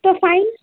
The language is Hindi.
तो फाइन